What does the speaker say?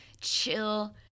chill